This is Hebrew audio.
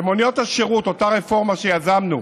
במוניות השירות, אותה רפורמה שיזמנו,